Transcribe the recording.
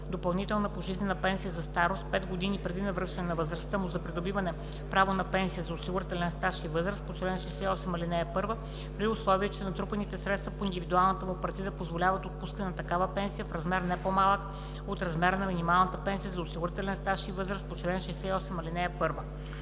допълнителна пожизнена пенсия за старост пет години преди навършване на възрастта му за придобиване право на пенсия за осигурителен стаж и възраст по чл. 68, ал. 1, при условие че натрупаните средства по индивидуалната му партида позволяват отпускане на такава пенсия в размер не по-малък от размера на минималната пенсия за осигурителен стаж и възраст по чл. 68, ал. 1.“